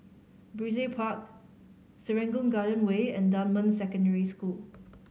Brizay Park Serangoon Garden Way and Dunman Secondary School